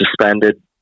suspended